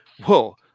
whoa